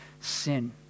sin